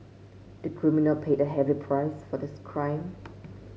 the criminal paid a heavy price for this crime